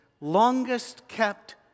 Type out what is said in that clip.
longest-kept